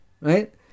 right